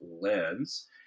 lens